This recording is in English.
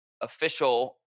official